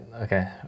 Okay